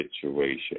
situation